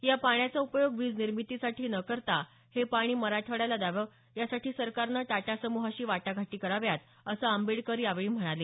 या पाण्याचा उपयोग वीज निर्मितीसाठी न करता हे पाणी मराठवाड्याला द्यावं यासाठी सरकारनं टाटा सम्रहाशी वाटाघाटी कराव्यात असं आंबेडकर यावेळी म्हणाले